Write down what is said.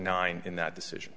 nine in that decision